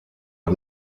par